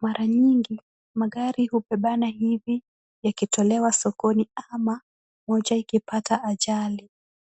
Mara nyingi magari hubebana hivi ikitolewa sokoni ama moja ikipata ajali.